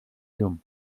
llum